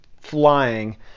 flying